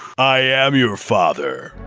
i am your father!